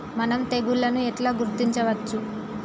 మనం తెగుళ్లను ఎట్లా గుర్తించచ్చు?